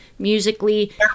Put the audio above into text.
musically